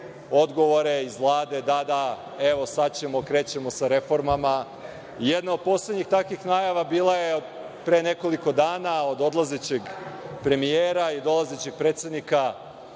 iz Vlade – da, da, evo sad ćemo, krećemo sa reformama, itd. Jedna od poslednjih takvih najava bila je pre nekoliko dana od odlazećeg premijera i dolazećeg predsednika